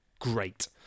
great